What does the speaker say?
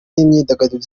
n’imyidagaduro